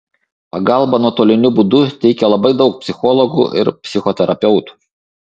pagalbą nuotoliniu būdu teikia labai daug psichologų ir psichoterapeutų